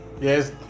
Yes